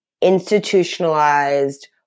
institutionalized